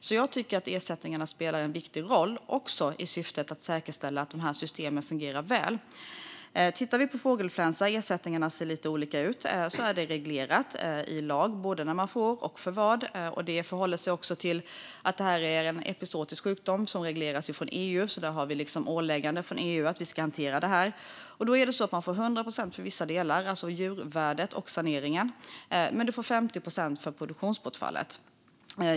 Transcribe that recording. Jag tycker därför att ersättningar spelar en viktig roll också i syfte att säkerställa att de här systemen fungerar väl. Tittar vi på fågelinfluensa - ersättningarna ser lite olika ut - ser vi att det är reglerat både när man får ersättning och för vad. Det förhåller sig också till att detta är en epizootisk sjukdom som regleras från EU. Vi har alltså ålägganden från EU att vi ska hantera det här. Då är det så att man får 100 procent för vissa delar, alltså djurvärdet och saneringen, och 50 procent för produktionsbortfallet.